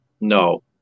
No